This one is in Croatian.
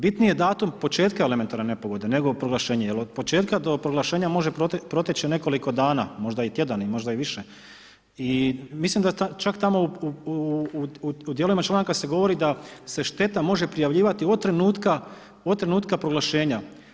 Bitniji je datum početka elementarne nepogode nego proglašenje jer od početka do proglašenja može proteći nekoliko dana, možda i tjedana, možda i više i mislim da čak tamo u djelovima članaka se govori da se šteta može prijavljivati od trenutka proglašenja.